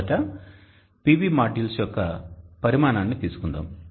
మొదట PV modules యొక్క పరిమాణాన్ని తీసుకుందాం